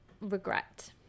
regret